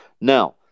Now